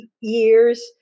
years